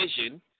vision